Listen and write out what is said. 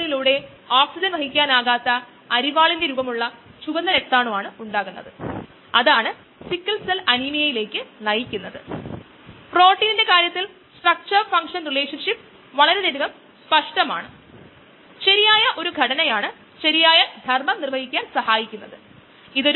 Michaelis Menten കയ്നെറ്റിക്സിൽ നിന്ന് വ്യത്യസ്തമായ എൻസൈമുകൾക്കായുള്ള ചലനാത്മക സംവിധാനങ്ങൾ നമ്മൾ പരിശോധിച്ചിരുന്നു പ്രത്യേകിച്ചും നമ്മൾ ഇൻഹിബിഷൻ കയ്നെറ്റിക്സിൽ ശ്രദ്ധിച്ചിരുന്നു